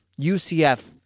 UCF